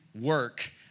work